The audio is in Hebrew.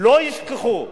לא ישכחו.